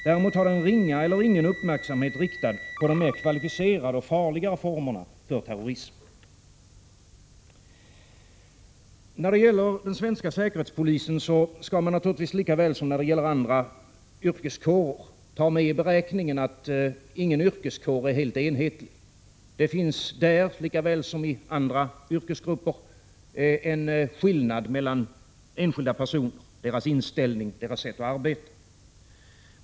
Däremot har den ringa eller ingen uppmärksamhet riktad på de mer kvalificerade och farligare formerna av terrorism. När det gäller den svenska säkerhetspolisen skall man naturligtvis lika väl som när det gäller andra yrkeskårer ta med i beräkningen att ingen yrkeskår är helt enhetlig. Det finns där lika väl som i andra yrkesgrupper en skillnad mellan enskilda personer, deras inställning, deras sätt att arbeta.